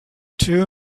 two